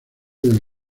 del